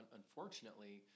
unfortunately